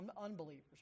Unbelievers